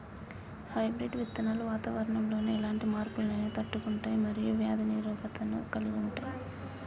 hybrid విత్తనాలు వాతావరణంలోని ఎలాంటి మార్పులనైనా తట్టుకుంటయ్ మరియు వ్యాధి నిరోధకతను కలిగుంటయ్